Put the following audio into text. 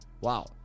Wow